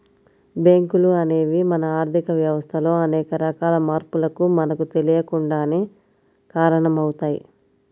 బ్యేంకులు అనేవి మన ఆర్ధిక వ్యవస్థలో అనేక రకాల మార్పులకు మనకు తెలియకుండానే కారణమవుతయ్